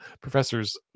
professors